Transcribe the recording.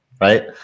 right